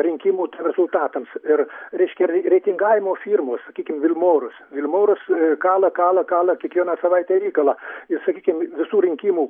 rinkimų rezultatams ir reiškia rei reitingavimo firmos sakykim vilmorus vilmorus kala kala kala kiekvieną savaitę ir įkala i sakykim visų rinkimų